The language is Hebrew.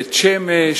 בית-שמש,